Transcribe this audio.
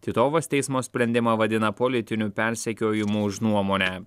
titovas teismo sprendimą vadina politiniu persekiojimu už nuomonę